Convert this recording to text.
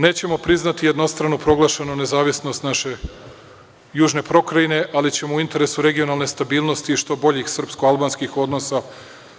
Nećemo priznati jednostrano proglašenu nezavisnost naše južne pokrajine, ali ćemo u interesu regionalne stabilnosti i što boljih srpsko-albanskih odnosa